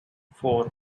four